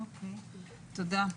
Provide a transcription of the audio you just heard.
תודה.